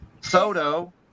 Soto